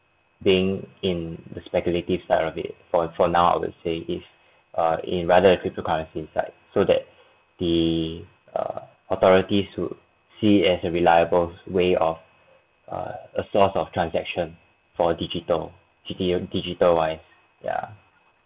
being in the speculative side of it for for now I would say if uh in rather a cryptocurrencies side so that the uh authorities would see as a reliable way of uh a source of transaction for digital digi~ digital wise ya